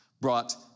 brought